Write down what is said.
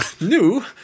New